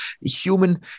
human